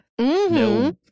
No